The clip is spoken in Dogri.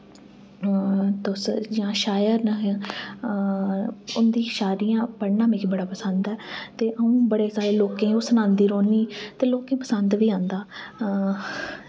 तुस जियां शायर न उंदी शायरियां पढ़ना मिगी बड़ा पसंद ऐ ते आऊं बड़े सारे लोकें गी ओह् सनांदी रौह्नी ते लोकें गी पसंद वी आंदा